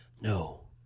No